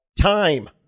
Time